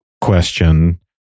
question